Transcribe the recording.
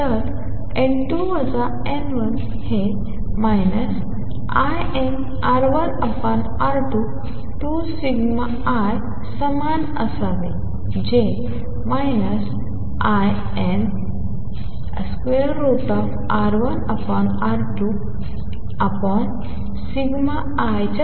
तर n2 n1 हे lnR1R22σl समान असावे जे ln√ σl